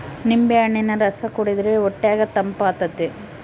ನಿಂಬೆಹಣ್ಣಿನ ರಸ ಕುಡಿರ್ದೆ ಹೊಟ್ಯಗ ತಂಪಾತತೆ